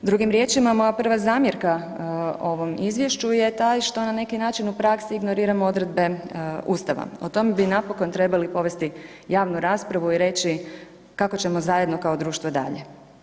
Drugim riječima, moja prva zamjerka ovom izvješću je taj što na neki način u praksi ignoriramo odredbe ustava, o tom bi napokon trebali povesti javnu raspravu i reći kako ćemo zajedno kao društvo dalje.